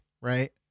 right